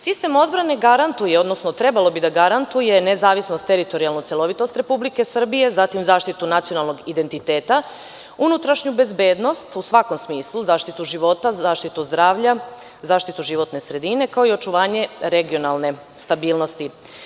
Sistem odbrane garantuje odnosno trebalo bi da garantuje nezavisnost teritorijalno celovitost Republike Srbije, zatim zaštitu nacionalnog identiteta, unutrašnju bezbednost u svakom smislu, zaštitu života, zaštitu zdravlja, zaštitu životne sredine kao i očuvanje regionalne stabilnosti.